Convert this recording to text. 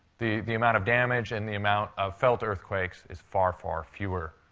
the the amount of damage and the amount of felt earthquakes is far, far fewer,